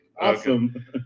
Awesome